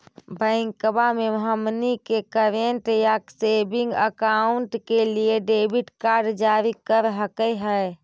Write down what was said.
बैंकवा मे हमनी के करेंट या सेविंग अकाउंट के लिए डेबिट कार्ड जारी कर हकै है?